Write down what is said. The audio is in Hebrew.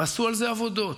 עשו על זה עבודות,